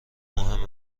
مهم